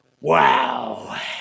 Wow